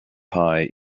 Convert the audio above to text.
pie